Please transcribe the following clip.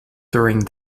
during